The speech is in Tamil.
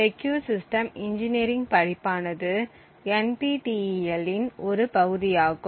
செக்கியூர் சிஸ்டம் இன்ஜினியரிங் படிப்பானது NPTEL இன் ஒரு பகுதியாகும்